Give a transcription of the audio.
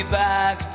back